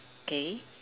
K